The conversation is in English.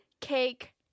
cake